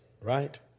Right